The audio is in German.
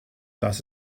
das